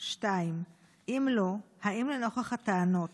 2. אם לא, האם לנוכח הטענות